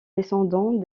descendants